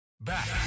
Back